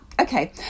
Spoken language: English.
okay